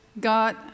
God